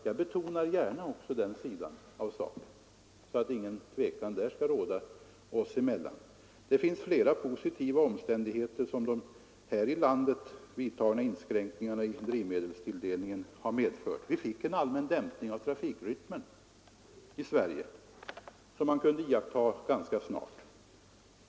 Jag betonar också gärna den sidan av saken, vilket jag gör för att ingen tvekan skall råda oss emellan. Det finns flera positiva effekter som de här i landet vidtagna inskränkningarna i drivmedelstilldelningen har medfört. Vi fick en allmän dämpning av trafikrytmen i Sverige, som kunde iakttagas ganska snart.